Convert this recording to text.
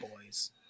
Boys